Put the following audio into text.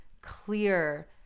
clear